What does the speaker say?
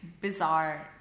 bizarre